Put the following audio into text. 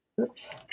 Oops